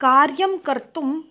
कार्यं कर्तुं